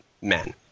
men